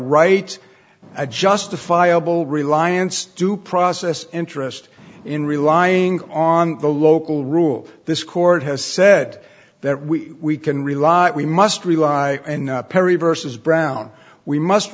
right a justifiable reliance due process interest in relying on the local rule this court has said that we can rely we must rely and perry versus brown we must